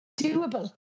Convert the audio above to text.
doable